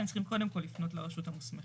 הם צריכים קודם כל לפנות לרשות המוסמכת.